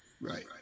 Right